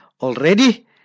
already